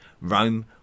Rome